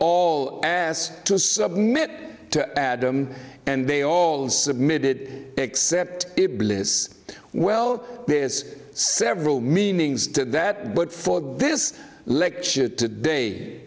all pass to submit to adam and they all submitted except bliss well there is several meanings to that but for this lecture to day